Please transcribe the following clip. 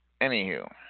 Anywho